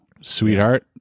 Sweetheart